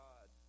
God